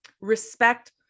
respect